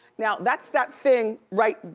now, that's that thing, right,